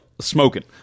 Smoking